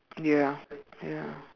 ya ya